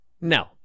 No